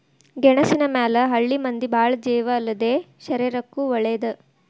ಗೆಣಸಿನ ಮ್ಯಾಲ ಹಳ್ಳಿ ಮಂದಿ ಬಾಳ ಜೇವ ಅಲ್ಲದೇ ಶರೇರಕ್ಕೂ ವಳೇದ